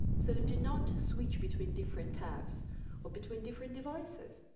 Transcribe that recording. so, do not switch between different tabs or between different devices.